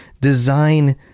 design